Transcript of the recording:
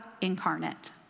incarnate